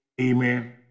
Amen